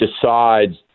decides